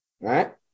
right